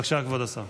בבקשה, כבוד השר.